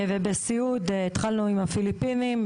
ובסיעוד התחלנו עם הפיליפינים,